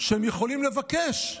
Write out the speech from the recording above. שהם יכולים לבקש,